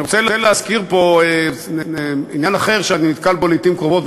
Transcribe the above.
אני רוצה להזכיר פה עניין אחר שאני נתקל בו לעתים קרובות,